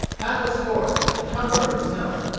pathless forest, encumbered with snow.